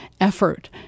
effort